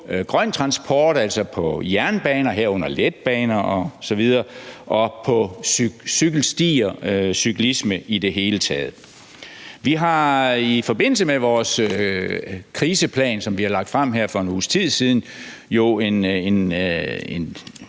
grøn transport, altså på jernbaner, herunder letbaner osv., og på cykelstier og cyklisme i det hele taget. Vi har i forbindelse med vores kriseplan, som vi har lagt frem her for en uges tid siden, en